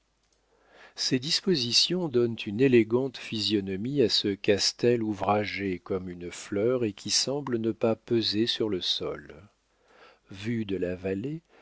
ces dispositions donnent une élégante physionomie à ce castel ouvragé comme une fleur et qui semble ne pas peser sur le sol vu de la vallée